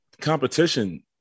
competition